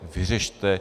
Vyřešte.